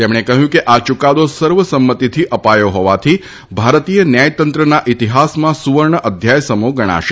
તેમણે કહ્યું કે આ યૂકાદો સર્વસંમતિથી અપાયો હોવાથી ભારતીય ન્યાયતંત્રના ઇતિહાસમાં સુવર્ણ અધ્યાયસમો ગણાશે